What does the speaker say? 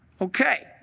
Okay